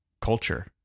culture